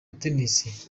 tennis